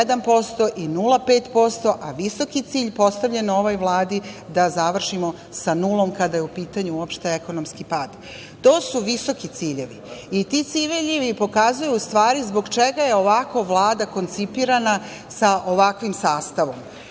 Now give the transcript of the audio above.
1% i 0,5%, a visoki cilj postavljen ovoj Vladi je da završimo sa nulom kada je u pitanju uopšte ekonomski pad. To su visoki ciljevi i ti ciljevi pokazuju u stvari zbog čega je ovako Vlada koncipirana sa ovakvim sastavom.